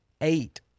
Eight